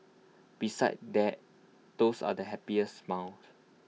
besides that those are the happiest smells